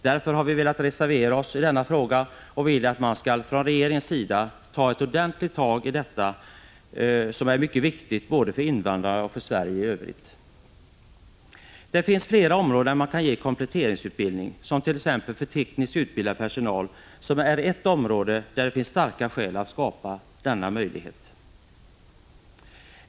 Därför har vi velat reservera oss i denna fråga och vill att man från regeringens sida skall ta ett ordentligt tag i detta, som är mycket viktigt, både för invandrarna och för Sverige i övrigt. Det finns flera områden där man kan ge kompletteringsutbildning, t.ex. för tekniskt utbildad personal, som är ett område där det finns starka skäl att skapa denna möjlighet.